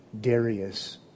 Darius